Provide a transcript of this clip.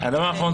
ונקודה אחרונה,